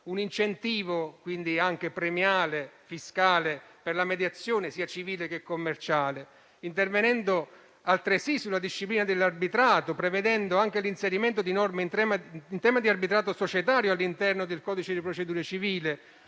un incentivo fiscale, quindi anche premiale, per la mediazione sia civile che commerciale, intervenendo altresì sulla disciplina dell'arbitrato, prevedendo anche l'inserimento di norme in tema di arbitrato societario all'interno del codice di procedura civile.